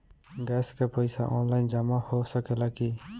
Gas के पइसा online जमा हो सकेला की?